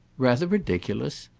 rather ridiculous?